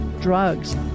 drugs